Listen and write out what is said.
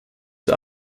zur